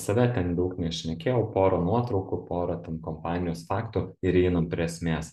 save ten daug nešnekėjau pora nuotraukų pora ten kompanijos faktų ir einam prie esmės